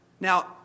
Now